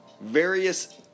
various